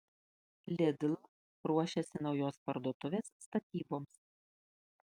lidl ruošiasi naujos parduotuvės statyboms